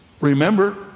remember